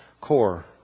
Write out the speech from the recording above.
core